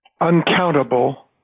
uncountable